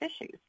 issues